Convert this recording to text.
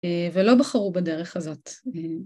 ולא בחרו בדרך הזאת.